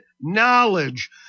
knowledge